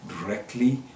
directly